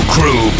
Crew